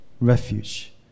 refuge